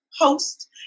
Host